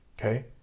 Okay